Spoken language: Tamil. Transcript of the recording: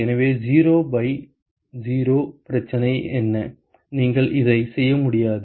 எனவே 0 பை 0 பிரச்சனை என்ன நீங்கள் இதை செய்ய முடியாது